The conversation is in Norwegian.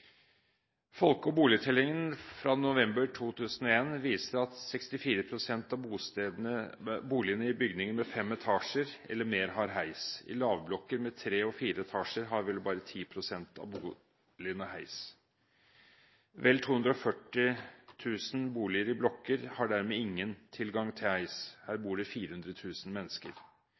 Folke- og boligtellingen fra november 2001 viste at 64 pst. av boligene i bygninger med fem etasjer eller mer har heis. I lavblokker med tre og fire etasjer har bare 10 pst. av boligene heis. Vel 240 000 boliger i blokker har dermed ingen tilgang til heis. Her bor det 400 000 mennesker.